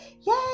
yay